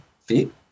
feet